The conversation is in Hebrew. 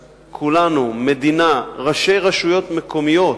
שכולנו, מדינה, ראשי רשויות מקומיות,